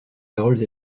paroles